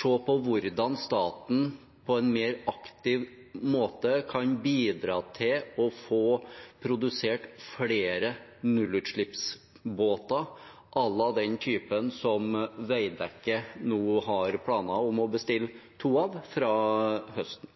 se på hvordan staten på en mer aktiv måte kan bidra til å få produsert flere nullutslippsbåter à la den typen Veidekke nå har planer om å bestille to av fra høsten?